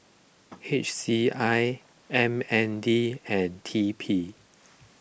H C I M N D and T P